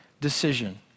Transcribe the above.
decision